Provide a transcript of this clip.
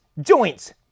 Joints